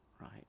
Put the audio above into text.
right